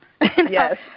Yes